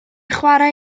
chwarae